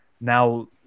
now